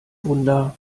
wunder